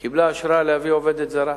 קיבלה אשרה להביא עובדת זרה.